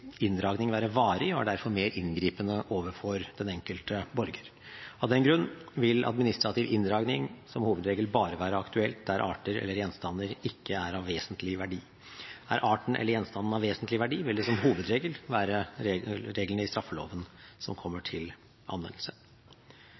inndragning være varig og er derfor mer inngripende overfor den enkelte borger. Av den grunn vil administrativ inndragning som hovedregel bare være aktuelt der arter eller gjenstander ikke er av vesentlig verdi. Er arten eller gjenstanden av vesentlig verdi, vil det som hovedregel være reglene i straffeloven som kommer